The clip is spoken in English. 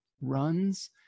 runs